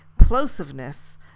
plosiveness